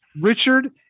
Richard